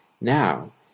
now